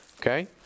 Okay